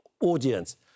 audience